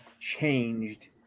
changed